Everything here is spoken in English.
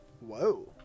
Whoa